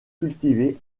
cultivé